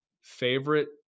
Favorite